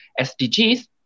SDGs